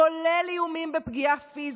כולל איומים בפגיעה פיזית,